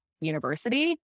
university